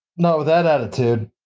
not with that attitude.